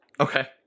Okay